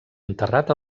enterrat